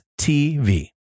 TV